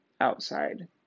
outside